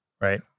right